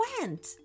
went